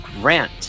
Grant